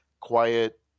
quiet